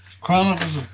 chronicles